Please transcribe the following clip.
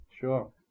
sure